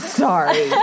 sorry